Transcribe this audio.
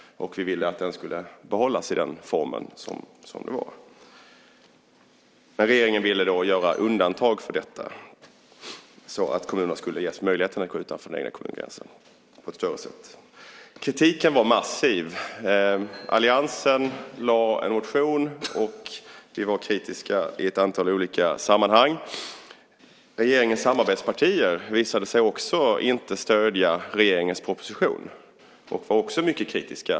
Vi ville att den skulle behållas i den form som var. Men regeringen ville då göra undantag så att kommunerna skulle ges möjlighet att gå utanför den egna kommungränsen i en större omfattning. Kritik kan vara massiv. Alliansen väckte en motion, och vi var kritiska i ett antal olika sammanhang. Regeringens samarbetspartier visade sig inte heller stödja regeringens proposition. De var också mycket kritiska.